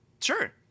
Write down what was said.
Sure